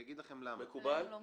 עליהם לא מקובל.